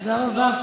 תודה רבה.